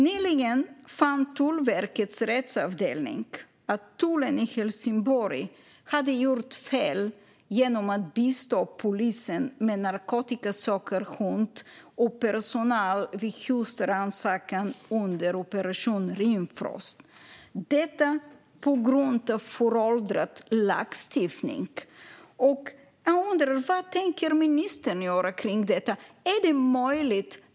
Nyligen fann Tullverkets rättsavdelning att tullen i Helsingborg hade gjort fel genom att bistå polisen med narkotikasökhund och personal vid husrannsakan under Operation Rimfrost, detta på grund av föråldrad lagstiftning. Vad tänker ministern göra i fråga om detta?